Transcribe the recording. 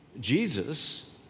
Jesus